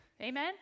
Amen